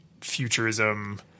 futurism